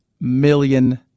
million